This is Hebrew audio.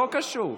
לא קשור.